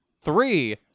three